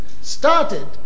started